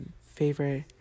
favorite